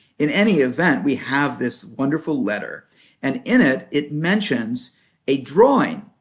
in any event, we have this wonderful letter and in it it mentions a drawing.